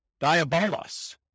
diabolos